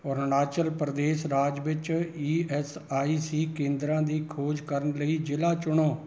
ਅਰੁਣਾਚਲ ਪ੍ਰਦੇਸ਼ ਰਾਜ ਵਿੱਚ E S I C ਕੇਂਦਰਾਂ ਦੀ ਖੋਜ ਕਰਨ ਲਈ ਜ਼ਿਲ੍ਹਾ ਚੁਣੋ